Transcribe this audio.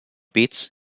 beats